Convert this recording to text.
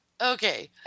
Okay